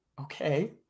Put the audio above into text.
okay